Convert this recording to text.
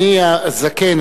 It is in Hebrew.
אני הזקן,